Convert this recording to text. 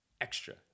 extra